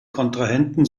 kontrahenten